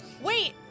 Wait